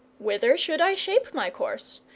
whither should i shape my course,